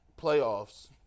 playoffs